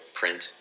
print